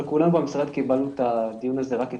אבל כולנו במשרד קיבלנו את הזימון לדיון הזה רק אתמול,